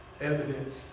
evidence